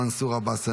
חבר הכנסת מנסור עבאס,